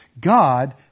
God